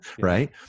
Right